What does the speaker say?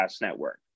Network